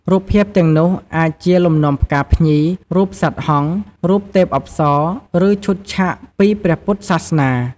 រូបភាពទាំងនោះអាចជាលំនាំផ្កា ភ្ញី រូបសត្វហង្ស រូបទេពអប្សរ ឬឈុតឆាកពីព្រះពុទ្ធសាសនា។